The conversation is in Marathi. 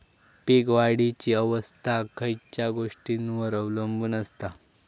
पीक वाढीची अवस्था खयच्या गोष्टींवर अवलंबून असता?